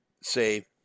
say